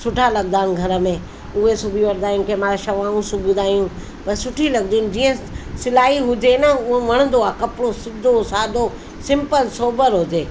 सुठा लगदा आन घर में उहे सुबी वठंदा आहियूं कंहिं महिल शवऊं सिबंदा आहियूं बसि सुठियूं लॻिदियूं आहिनि जीअं सिलाई हुजे न उहो वणंदो आहे कपिड़ो सिदो साधो सिम्पल सोबर हुजे